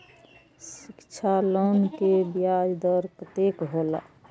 शिक्षा लोन के ब्याज दर कतेक हौला?